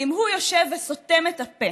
אם הוא יושב וסותם את הפה